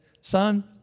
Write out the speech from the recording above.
son